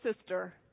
Sister